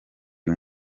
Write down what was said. uyu